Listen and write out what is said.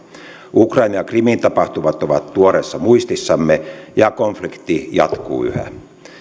ukrainan ja krimin tapahtumat ovat tuoreessa muistissamme ja konflikti jatkuu yhä